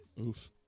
Oof